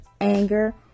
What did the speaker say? anger